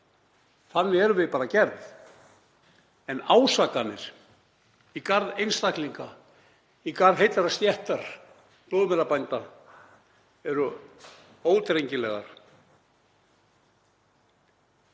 Þannig erum við bara gerð. En ásakanir í garð einstaklinga, í garð heillar stéttar blóðmerabænda, eru ódrengilegar.